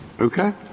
okay